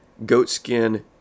Goatskin